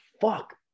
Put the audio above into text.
fuck